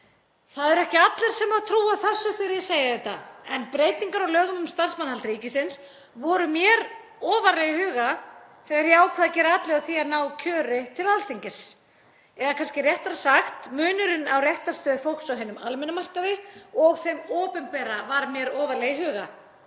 Það eru ekki allir sem trúa þessu þegar ég segi þetta en breytingar á lögum um starfsmannahald ríkisins voru mér ofarlega í huga þegar ég ákvað að gera atlögu að því að ná kjöri til Alþingis. Eða kannski réttara sagt: Munurinn á réttarstöðu fólks á hinum almenna markaði og þeim opinbera var mér ofarlega í huga.